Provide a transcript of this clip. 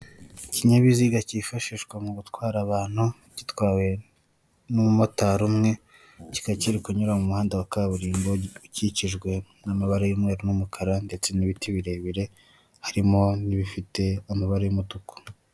Ahantu ku muhanda hashinze imitaka ibiri umwe w'umuhondo n'undi w'umutuku gusa uw'umuhonda uragaragaramo ibirango bya emutiyeni ndetse n'umuntu wicaye munsi yawo wambaye ijiri ya emutiyeni ndetse n'ishati ari guhereza umuntu serivise usa n'uwamugannye uri kumwaka serivise arimo aramuha telefone ngendanwa. Hakurya yaho haragaragara abandi bantu barimo baraganira mbese bari munsi y'umutaka w'umutuku.